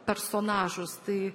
personažus tai